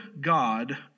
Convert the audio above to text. God